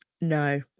No